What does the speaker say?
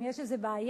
אם יש איזו בעיה,